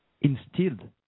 instilled